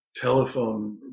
telephone